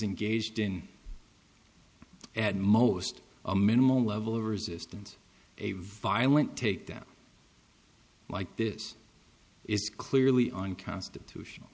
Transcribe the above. engaged in at most a minimal level of resistance a violent takedown like this is clearly unconstitutional